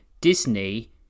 Disney